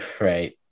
Right